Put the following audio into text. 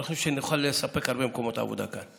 אני חושב שנוכל לספק הרבה מקומות עבודה כאן.